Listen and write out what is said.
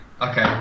Okay